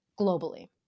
globally